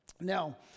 Now